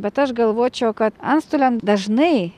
bet aš galvočiau kad antstoliam dažnai